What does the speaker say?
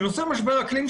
בנושא משבר אקלים,